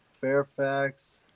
Fairfax